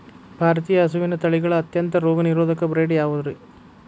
ಭಾರತೇಯ ಹಸುವಿನ ತಳಿಗಳ ಅತ್ಯಂತ ರೋಗನಿರೋಧಕ ಬ್ರೇಡ್ ಯಾವುದ್ರಿ?